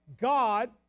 God